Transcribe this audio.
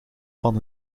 van